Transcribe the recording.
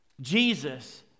Jesus